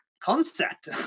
concept